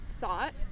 thought